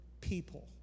people